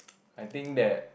I think that